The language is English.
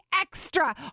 extra